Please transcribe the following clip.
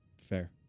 fair